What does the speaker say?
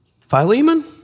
Philemon